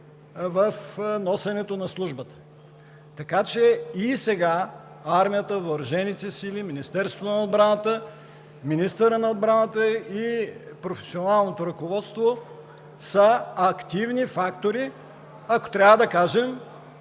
в носенето на службата, така че и сега армията, въоръжените сили, Министерството на отбраната, министърът на отбраната и професионалното ръководство са активни фактори. Ако трябва да кажем,